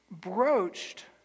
broached